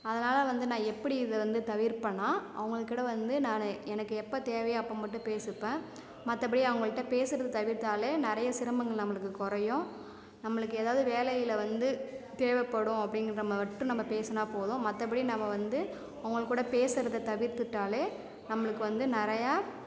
அதனால் வந்து நான் எப்படி இதை வந்து தவிர்ப்பேன்னா அவுங்ககிட்ட வந்து நான் எனக்கு எப்போ தேவையோ அப்போ மட்டும் பேசிப்பேன் மற்றபடி அவங்கள்ட்ட பேசுறது தவிர்த்தாலே நெறைய சிரமங்கள் நம்பளுக்கு குறையும் நம்பளுக்கு எதாவது வேலையில் வந்து தேவைபடும் அப்படின்ற மட்டு பேசினா போதும் மற்றபடி நம்ப வந்து அவங்கள் கூட பேசுறதை தவிர்த்துட்டாலே நம்பளுக்கு வந்து நெறைய